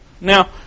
Now